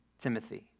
Timothy